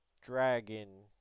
Dragon